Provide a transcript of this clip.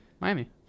Miami